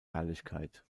herrlichkeit